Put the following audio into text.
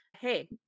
hey